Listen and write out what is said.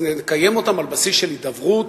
אז נקיים אותם על בסיס של הידברות,